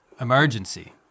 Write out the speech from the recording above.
emergency